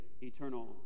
eternal